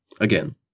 Again